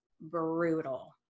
brutal